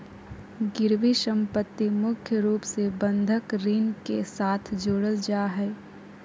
गिरबी सम्पत्ति मुख्य रूप से बंधक ऋण के साथ जोडल जा हय